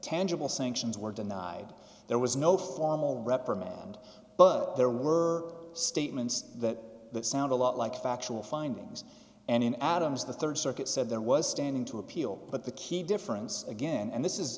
angible sanctions were denied there was no formal reprimand but there were statements that sound a lot like factual findings and in adam's the rd circuit said there was standing to appeal but the key difference again and this is